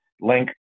link